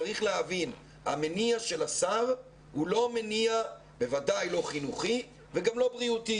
צריך להבין שהמניע של השר הוא לא מניע בוודאי לא חינוכי וגם לא בריאותי.